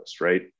right